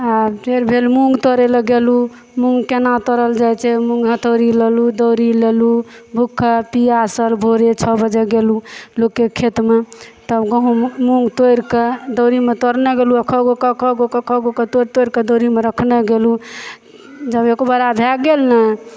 आओर फेर भेल मूँग तोड़ै लए गेलहुँ मूँग केना तोड़ल जाइ छै बोरी लेलहुँ दौरी लेलहुँ भूखल पीयासल भोरे छओ बजे गेलहुँ लोकके खेतमे तब गहुँम मूँग तोड़िके दौरीमे तोड़ने गेलहुँ एकक गो एकक गो एक गो एकक गो के तोड़ि तोड़िके दौरीमे रखने गेलहुँ जब एक बोरा भए गेल ने